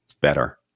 better